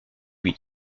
lui